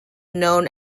known